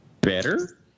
better